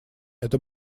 это